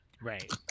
Right